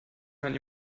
man